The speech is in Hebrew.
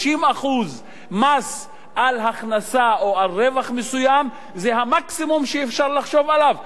50% מס על הכנסה או על רווח מסוים זה המקסימום שאפשר לחשוב עליו.